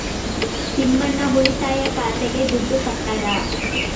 ತಿಮ್ಮಣ್ಣ ಉಳಿತಾಯ ಖಾತೆಗೆ ದುಡ್ಡು ಕಟ್ಟದ